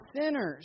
sinners